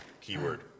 keyword